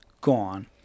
gone